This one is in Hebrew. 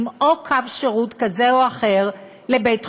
או קו שירות כזה או אחר לבית-חולים?